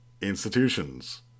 Institutions